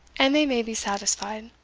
and they may be satisfied.